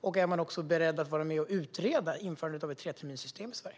Och är man även beredd att vara med och utreda införande av ett treterminssystem i Sverige?